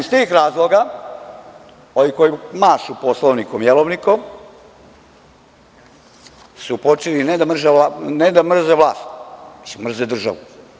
Iz tih razloga, ovi koji mašu Poslovnikom, jelovnikom su počeli ne da mrze vlast, već mrze državu.